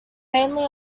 mainly